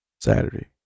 Saturday